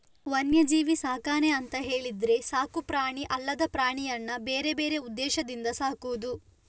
ವನ್ಯಜೀವಿ ಸಾಕಣೆ ಅಂತ ಹೇಳಿದ್ರೆ ಸಾಕು ಪ್ರಾಣಿ ಅಲ್ಲದ ಪ್ರಾಣಿಯನ್ನ ಬೇರೆ ಬೇರೆ ಉದ್ದೇಶದಿಂದ ಸಾಕುದು